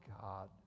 God